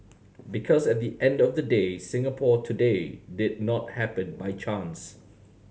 because at the end of the day Singapore today did not happen by chance